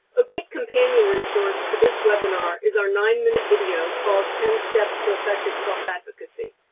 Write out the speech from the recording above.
a good companion resource to this webinar is our nine-minute video called ten steps to effective self advocacy.